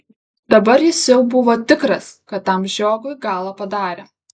dabar jis jau buvo tikras kad tam žiogui galą padarė